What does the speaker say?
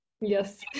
Yes